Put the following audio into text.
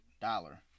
dollar